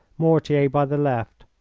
mortier by the left,